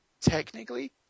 technically